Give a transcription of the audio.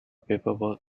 paperwork